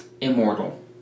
immortal